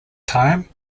time